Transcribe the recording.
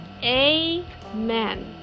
Amen